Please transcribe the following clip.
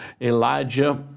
Elijah